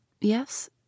Yes